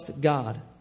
God